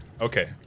Okay